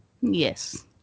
yes